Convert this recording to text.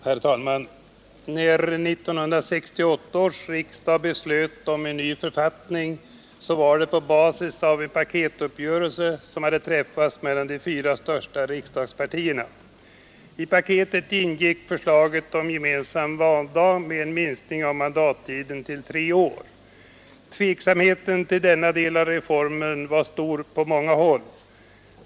Herr talman! När 1968 års riksdag beslöt om en ny författning var det på basis av en paketuppgörelse som träffats mellan de fyra största riksdagspartierna. I paketet ingick förslaget om gemensam valdag med en minskning av mandattiden till tre år. Tveksamheten till denna del av reformen var stor på många håll.